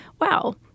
wow